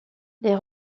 les